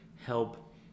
help